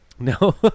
No